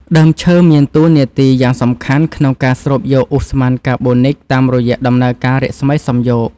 ដើមឈើមានតួនាទីយ៉ាងសំខាន់ក្នុងការស្រូបយកឧស្ម័នកាបូនិកតាមរយៈដំណើរការរស្មីសំយោគ។